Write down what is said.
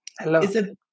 Hello